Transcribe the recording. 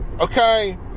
Okay